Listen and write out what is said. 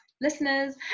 listeners